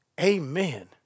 Amen